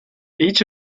each